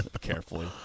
carefully